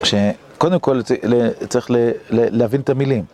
שקודם כל צריך להבין את המילים.